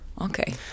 Okay